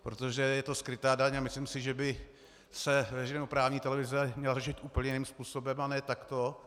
Protože je to skrytá daň a myslím si, že by se veřejnoprávní televize měla řešit úplně jiným způsobem a ne takto.